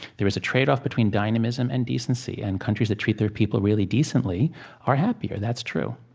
there is a tradeoff between dynamism and decency, and countries that treat their people really decently are happier. that's true